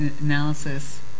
analysis